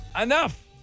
Enough